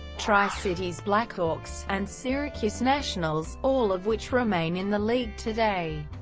tri-cities blackhawks, and syracuse nationals, all of which remain in the league today.